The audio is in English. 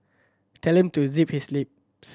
tell him to zip his lip